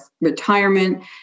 retirement